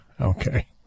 Okay